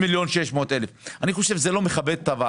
אתה יכול לצאת.